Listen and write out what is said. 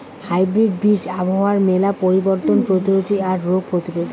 hybrid বীজ আবহাওয়ার মেলা পরিবর্তন প্রতিরোধী আর রোগ প্রতিরোধী